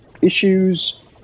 issues